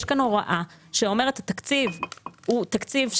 יש כאן הוראה שאומרת שהתקציב הוא תקציב,